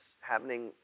happening